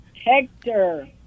Hector